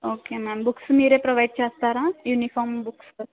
okay ma'am books మీరే provide చేస్తారా uniform books